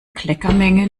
kleckermenge